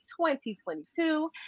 2022